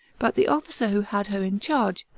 but the officer who had her in charge,